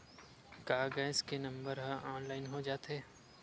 का गैस के नंबर ह ऑनलाइन हो जाथे?